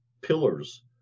pillars